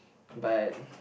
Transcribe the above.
but